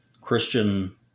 Christian